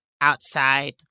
Outside